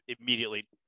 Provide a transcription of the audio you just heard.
immediately